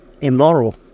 immoral